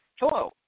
hello